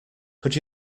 could